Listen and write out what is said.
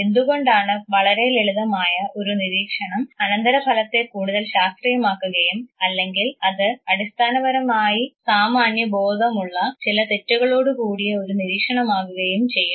എന്തുകൊണ്ടാണ് വളരെ ലളിതമായ ഒരു നിരീക്ഷണം അനന്തര ഫലത്തെ കൂടുതൽ ശാസ്ത്രീയമാക്കുകയും അല്ലെങ്കിൽ അത് അടിസ്ഥാനപരമായി സാമാന്യബോധമുള്ള ചില തെറ്റുകളോട് കൂടിയ ഒരു നിരീക്ഷണമാകുകയും ചെയ്യുന്നത്